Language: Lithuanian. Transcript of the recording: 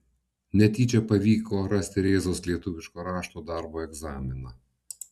netyčia pavyko rasti rėzos lietuviško rašto darbo egzaminą